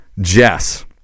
Jess